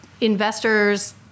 investors